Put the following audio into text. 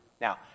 Now